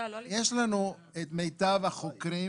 יש לנו את מיטב החוקרים